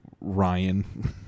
Ryan